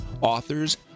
authors